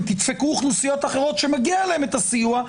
תדפקו אוכלוסיות אחרות שמגיע להם הסיוע,